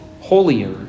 holier